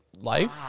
life